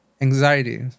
anxiety